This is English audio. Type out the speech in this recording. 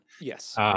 yes